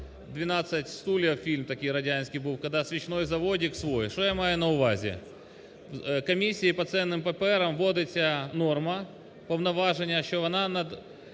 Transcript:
"12 стульев" (фільм такий радянський був), коли свечной заводик свій. Що я маю на увазі? Комісії по цінним паперам вводиться норма, повноваження, що вона